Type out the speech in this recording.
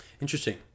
Interesting